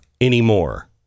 anymore